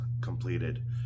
completed